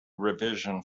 revision